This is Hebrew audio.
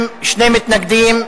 בעד, 40, שני מתנגדים,